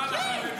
כן.